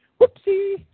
Whoopsie